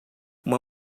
uma